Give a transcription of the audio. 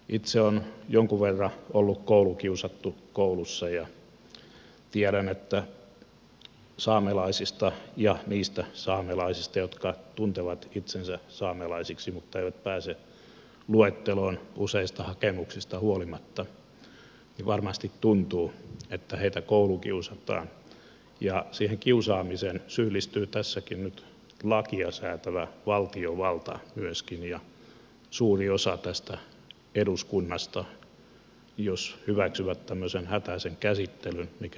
itse olen jonkin verran ollut koulukiusattu koulussa ja tiedän että saamelaisista ja niistä saamelaisista jotka tuntevat itsensä saamelaisiksi mutta eivät pääse luetteloon useista hakemuksista huolimatta varmasti tuntuu että heitä koulukiusataan ja siihen kiusaamiseen syyllistyy tässäkin nyt lakia säätävä valtiovalta myöskin ja suuri osa tästä eduskunnasta jos hyväksyvät tämmöisen hätäisen käsittelyn mikä on nyt menossa